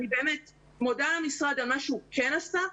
אני באמת מודה למשרד על מה שהוא כן עשה.